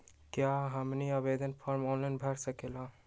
क्या हमनी आवेदन फॉर्म ऑनलाइन भर सकेला?